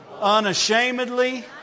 unashamedly